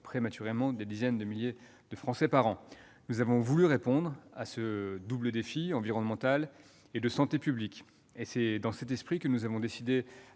prématurément des dizaines de milliers de Français par an. Nous avons voulu répondre à ce double défi environnemental et de santé publique. C'est dans cet esprit que nous avons décidé